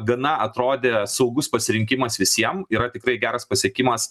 gana atrodė saugus pasirinkimas visiem yra tikrai geras pasiekimas